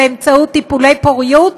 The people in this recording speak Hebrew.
באמצעות טיפולי פוריות,